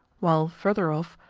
while, further off,